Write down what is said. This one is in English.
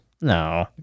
No